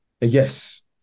Yes